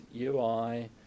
UI